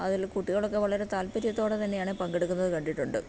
അതിൽ കുട്ടികളൊക്കെ വളരെ താല്പര്യത്തോടെ തന്നെയാണ് പങ്കെടുക്കുന്നത് കണ്ടിട്ടുണ്ട്